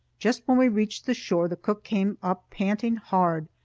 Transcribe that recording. just when we reached the shore, the cook came up panting hard.